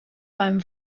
beim